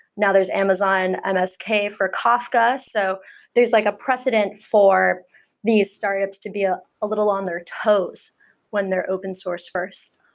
now there's amazon msk for kafka. so there's like a precedent for these startups to be ah a little on their toes when their open source first.